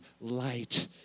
light